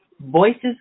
Voices